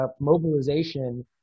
mobilization